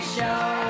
Show